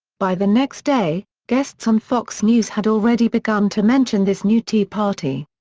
by the next day, guests on fox news had already begun to mention this new tea party.